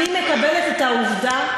אבל עכשיו תקשיב: אני מקבלת את העובדה,